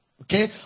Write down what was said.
Okay